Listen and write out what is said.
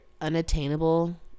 unattainable